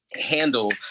handle